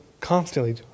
constantly